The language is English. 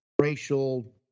racial